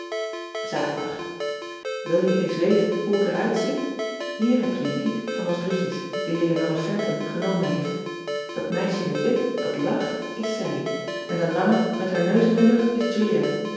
aterdag il je niet eens weten hoe ik er uitzie ier heb je een kiek van ons drietjes die eonora enton genomen heeft at meisje in het wit dat lacht is allie en de lange met haar neus in de lucht is ulia